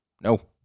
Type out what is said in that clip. No